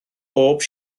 bob